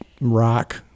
Rock